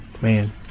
man